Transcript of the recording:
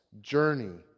journey